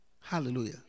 Hallelujah